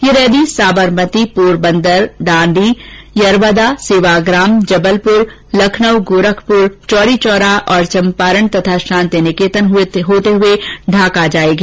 यह rally Sabarmati Porbandar Dandi Yerwada Sevagram Jabalpur Lucknow Gorakhpur Chauri Chaura और चंपारण शांतिनिकेतन होते हुए ढाका जाएगी